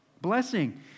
Blessing